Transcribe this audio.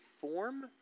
form